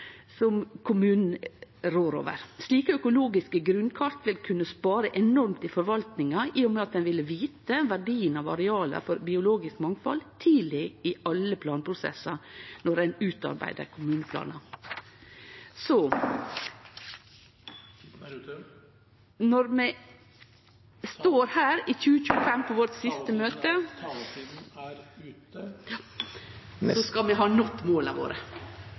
som kommunane rår over. Slike økologiske grunnkart vil kunne spare forvaltinga enormt i og med at ein ville vite, tidleg i alle prosessar der ein utarbeider kommuneplanar, verdien areala har for biologisk mangfald . Når vi står her i 2025 på vårt siste møte, skal vi ha nådd måla våre. Taletiden er ute.